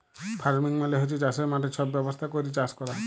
farming মালে হছে চাষের মাঠে ছব ব্যবস্থা ক্যইরে চাষ ক্যরা